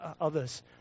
others